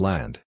Land